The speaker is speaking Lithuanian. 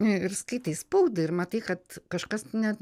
ir skaitai spaudą ir matai kad kažkas net